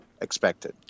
expected